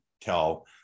tell